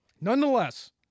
Nonetheless